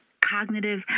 cognitive